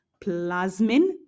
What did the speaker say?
plasmin